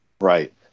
Right